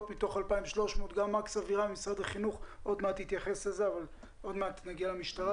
מתוך 2,300. גם מקס אבירם ממשרד החינוך עוד מעט יתייחס לזה.